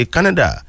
Canada